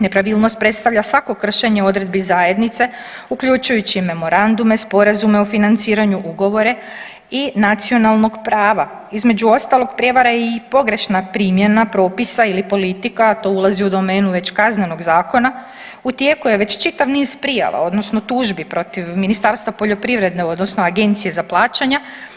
Nepravilnost predstavlja svako kršenje odredbi zajednice uključujući memorandume, sporazume o financiranju, ugovore i nacionalnog prava, između ostalog prijevara je i pogrešna primjena propisa ili politika, a to ulazi u domenu već Kaznenog zakona u tijeku je već čitav niz prijava odnosno tužbi protiv Ministarstva poljoprivrede odnosno agencije za plaćanja.